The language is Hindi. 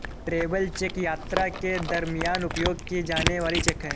ट्रैवल चेक यात्रा के दरमियान उपयोग की जाने वाली चेक है